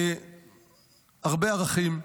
הרבה ערכים,